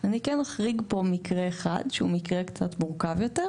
אני כן אחריג פה מקרה אחד שהוא מורכב יותר,